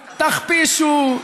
תכפישו,